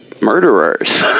murderers